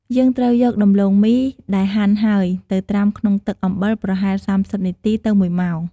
យើងត្រូវយកដំឡូងមីដែលហាន់ហើយ ទៅត្រាំក្នុងទឹកអំបិលប្រហែល ៣០ នាទីទៅ ១ ម៉ោង។